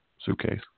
Suitcase